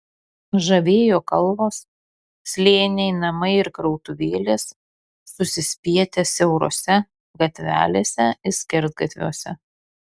žavėjo kalvos slėniai namai ir krautuvėlės susispietę siaurose gatvelėse ir skersgatviuose